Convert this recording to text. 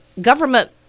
government-